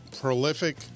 prolific